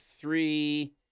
three